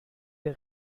der